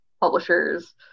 publishers